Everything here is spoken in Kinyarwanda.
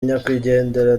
nyakwigendera